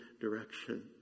Direction